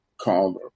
called